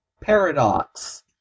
paradox